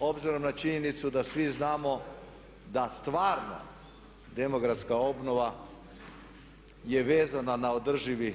Obzirom na činjenicu da svi znamo da stvarna demografska obnova je vezana na održivi